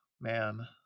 man